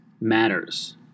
matters